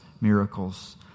miracles